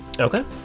Okay